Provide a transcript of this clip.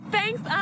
Thanks